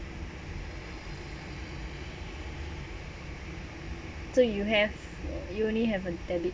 so you have uni have a debit